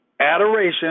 adoration